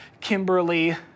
Kimberly